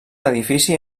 edifici